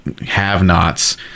have-nots